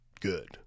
good